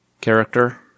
character